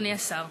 אדוני השר,